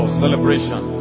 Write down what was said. celebration